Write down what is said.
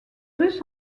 russes